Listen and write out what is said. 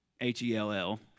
H-E-L-L